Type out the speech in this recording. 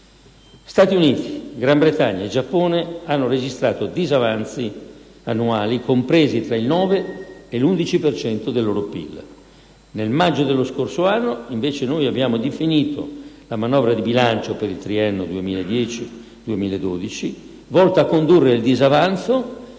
Stati Uniti, Gran Bretagna e Giappone hanno registrato disavanzi annuali compresi tra il 9 e l'11 per cento del loro PIL. Nel maggio scorso, invece, noi abbiamo definito la manovra di bilancio per il triennio 2010-2012, volta a condurre il disavanzo